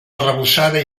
arrebossada